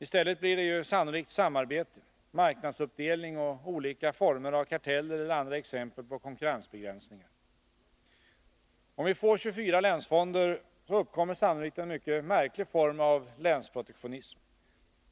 I stället blir det ju sannolikt samarbete, marknadsuppdelning och olika former av karteller eller andra exempel på konkurrensbegränsningar. Om vi får 24 länsfonder uppkommer sannolikt en mycket märklig form av länsprotektionism.